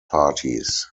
parties